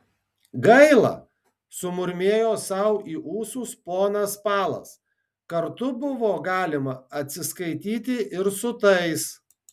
gaila sumurmėjo sau į ūsus ponas palas kartu buvo galima atsiskaityti ir su tais